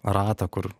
ratą kur